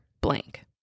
blank